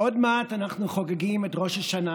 עוד מעט אנחנו חוגגים את ראש השנה,